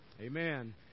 Amen